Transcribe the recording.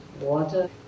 water